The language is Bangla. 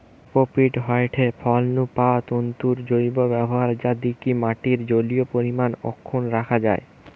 কোকোপীট হয়ঠে ফল নু পাওয়া তন্তুর জৈব ব্যবহার যা দিকি মাটির জলীয় পরিমাণ অক্ষুন্ন রাখা যায়